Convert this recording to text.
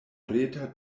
reta